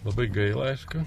labai gaila aišku